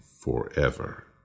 forever